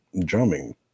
drumming